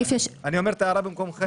אני אומר את ההערה במקומכם.